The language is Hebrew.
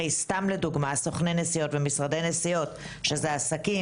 סוכני נסיעות ומשרדי נסיעות הם עסקים